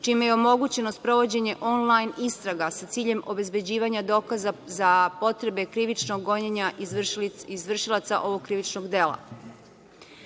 čime je omogućeno sprovođenje onlajn istraga sa ciljem obezbeđivanjem dokaza za potrebe krivičnog gonjenja izvršilaca ovog krivičnog dela. Kada